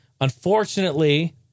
Unfortunately